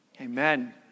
Amen